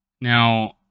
Now